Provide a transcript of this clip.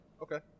Okay